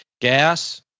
gas